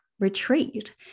retreat